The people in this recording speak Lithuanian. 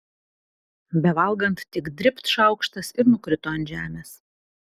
bevalgant tik dribt šaukštas ir nukrito ant žemės